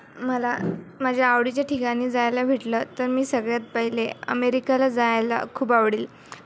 मला माझ्या आवडीच्या ठिकाणी जायला भेटलं तर मी सगळ्यात पहिले अमेरिकाला जायला खूप आवडेल